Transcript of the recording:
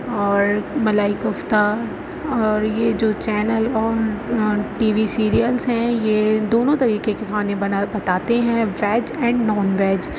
اور ملائی کوفتہ اور یہ جو چینل اور ٹی وی سیریلس ہیں یہ دونوں طریقے کے کھانے بنا بتاتے ہیں ویج اینڈ نان ویج